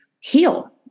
heal